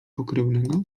pokrewnego